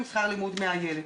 אבל יש כאלה שרוצים לחזור.